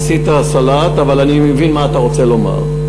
עשית סלט, אבל אני מבין מה אתה רוצה לומר.